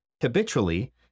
habitually